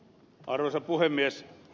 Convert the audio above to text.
arvoisa puhemies